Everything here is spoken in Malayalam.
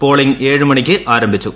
പോളിങ് ഏഴ് മണിക്ക് ആരംഭിച്ചു